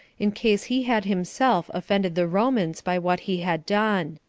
in case he had himself offended the romans by what he had done.